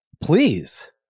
Please